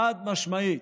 חד-משמעית,